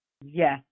Yes